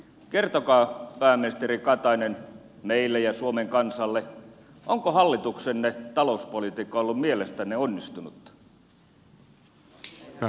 kertokaa pääministeri katainen meille ja suomen kansalle onko hallituksenne talouspolitiikka ollut mielestänne onnistunutta